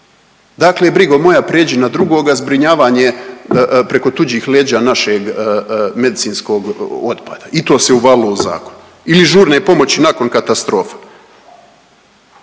Dakle brigo moja, pređi na drugoga, zbrinjavanje preko tuđih leđa našeg medicinskog otpada. I to se uvalilo u zakon ili žurne pomoći nakon katastrofa.